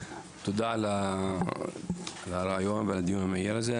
תודה על הרעיון ועל הדיון המהיר הזה.